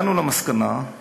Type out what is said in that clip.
הגענו למסקנה,